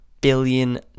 billion